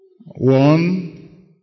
One